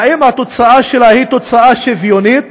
האם התוצאה שלה היא תוצאה שוויונית,